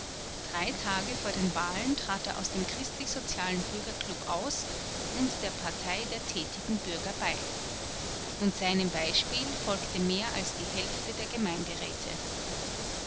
drei tage vor den wahlen trat er aus dem christlichsozialen bürgerklub aus und der partei der tätigen bürger bei und seinem beispiel folgte mehr als die hälfte der gemeinderäte